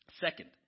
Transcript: Second